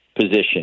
position